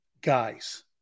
Guys